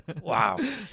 Wow